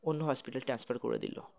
অন্য হসপিটালে ট্রান্সফার করে দিলো